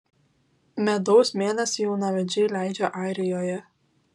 medaus mėnesį jaunavedžiai leidžia airijoje